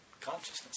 consciousness